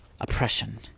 oppression